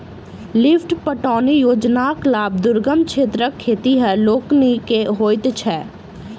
lift पटौनी योजनाक लाभ दुर्गम क्षेत्रक खेतिहर लोकनि के होइत छै